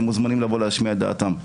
הם מוזמנים לבוא להשמיע את דעתם.